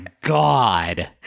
God